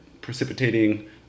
precipitating